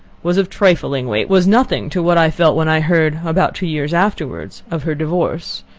was of trifling weight was nothing to what i felt when i heard, about two years afterwards, of her divorce.